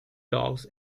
dogs